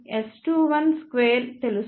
|S21|2 తెలుసు